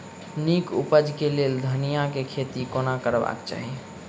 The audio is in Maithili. नीक उपज केँ लेल धनिया केँ खेती कोना करबाक चाहि?